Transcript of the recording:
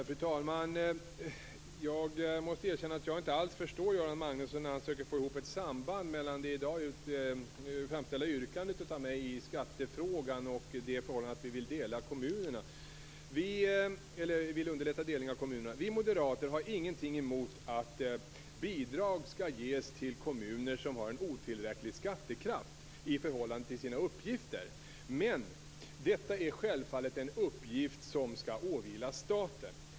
Fru talman! Jag måste erkänna att jag inte alls förstår Göran Magnusson när han försöker se ett samband mellan det av mig i dag framställda yrkandet i skattefrågan och det förhållandet att vi vill underlätta delning av kommuner. Vi moderater har ingenting emot att bidrag skall ges till kommuner som har en otillräcklig skattekraft i förhållande till sina uppgifter, men detta är självfallet en uppgift som skall åvila staten.